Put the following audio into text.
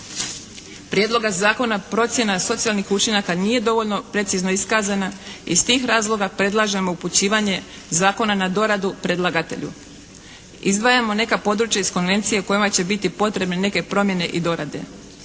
Prijedloga zakona procjena socijalnih učinaka nije dovoljno precizno iskazana i iz tih razloga predlažemo upućivanje zakona na doradu predlagatelju. Izdvajamo neka područja iz Konvencije u kojima će biti potrebne neke promjene i dorade.